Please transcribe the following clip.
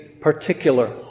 particular